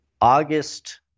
August